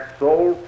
soul